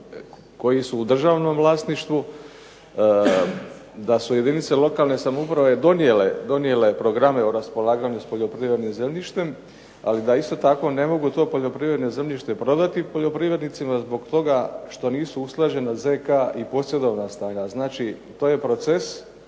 koji su u državnom vlasništvu da su jedinice lokalne samouprave donijele programe o raspolaganju s poljoprivrednim zemljištem ali da isto tako ne mogu to poljoprivredno zemljište prodati poljoprivrednicima zbog toga što nisu usklađena ZK i posjedovna stanja, a znači to je proces